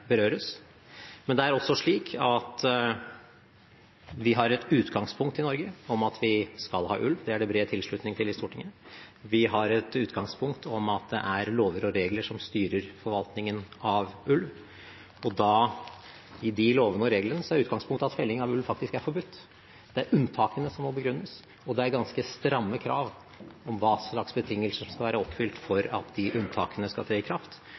berøres, men det er også slik at vi har et utgangspunkt i Norge om at vi skal ha ulv – det er det bred tilslutning til i Stortinget. Vi har et utgangspunkt om at det er lover og regler som styrer forvaltningen av ulv, og i de lovene og reglene er utgangspunktet at felling av ulv faktisk er forbudt. Det er unntakene som må begrunnes, og det er ganske stramme krav til hva slags betingelser som skal være oppfylt for at de unntakene skal tre i kraft.